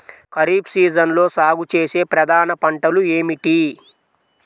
ఖరీఫ్ సీజన్లో సాగుచేసే ప్రధాన పంటలు ఏమిటీ?